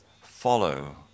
follow